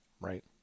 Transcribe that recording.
right